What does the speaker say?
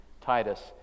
Titus